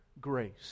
grace